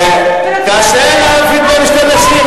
קשה להפריד בין שתי נשים.